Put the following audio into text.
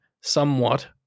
somewhat